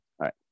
right